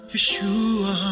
Yeshua